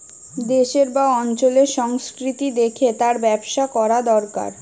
দেশের বা অঞ্চলের সংস্কৃতি দেখে তার ব্যবসা কোরা দোরকার